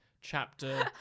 chapter